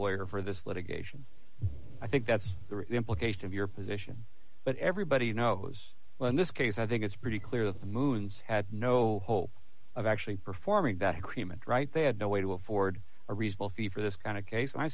lawyer for this litigation i think that's the implication of your position but everybody knows well in this case i think it's pretty clear that the moon's had no hope of actually performing back cream and right they had no way to afford a reasonable fee for this kind of case i